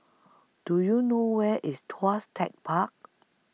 Do YOU know Where IS Tuas Tech Park